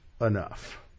enough